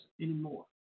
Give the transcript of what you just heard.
anymore